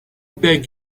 beg